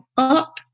up